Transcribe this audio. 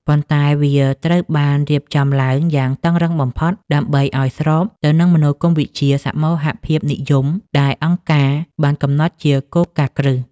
ប៉ុន្តែវាត្រូវបានរៀបចំឡើងយ៉ាងតឹងរ៉ឹងបំផុត ដើម្បីឱ្យស្របទៅនឹងមនោគមវិជ្ជាសមូហភាពនិយម ដែលអង្គការបានកំណត់ជាគោលការណ៍គ្រឹះ។